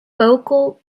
vocal